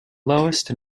lowest